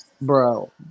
bro